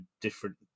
different